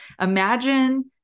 imagine